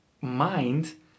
mind